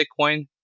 Bitcoin